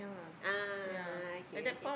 ah okay okay